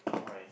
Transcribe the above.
why